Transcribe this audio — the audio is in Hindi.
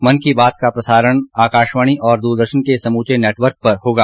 मन की बात का प्रसारण आकाशवाणी और दूरदर्शन के समूचे नटवर्क पर होगा